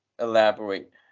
elaborate